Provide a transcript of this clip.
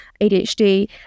adhd